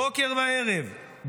בוקר וערב,